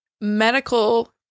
Medical